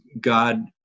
God